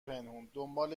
پنهونه، دنبال